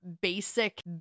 basic